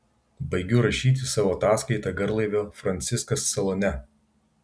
baigiu rašyti savo ataskaitą garlaivio franciskas salone